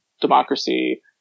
democracy